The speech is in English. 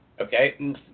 okay